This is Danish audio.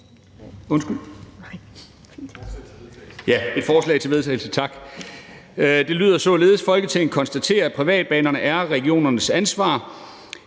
således: Forslag til vedtagelse »Folketinget konstaterer, at privatbanerne er regionernes ansvar,